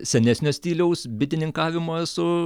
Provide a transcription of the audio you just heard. senesnio stiliaus bitininkavimo esu